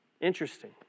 Interesting